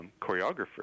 choreographer